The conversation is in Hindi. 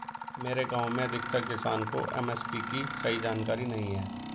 मेरे गांव में अधिकतर किसान को एम.एस.पी की सही जानकारी नहीं है